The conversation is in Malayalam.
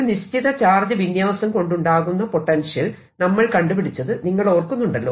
ഒരു നിശ്ചിത ചാർജ് വിന്യാസം കൊണ്ടുണ്ടാകുന്ന പൊട്ടൻഷ്യൽ നമ്മൾ കണ്ടുപിടിച്ചത് നിങ്ങൾ ഓർക്കുന്നുണ്ടല്ലോ